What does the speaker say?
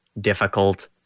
difficult